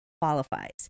qualifies